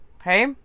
okay